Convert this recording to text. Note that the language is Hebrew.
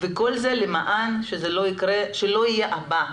וכל זה למען שלא יהיה את הבא.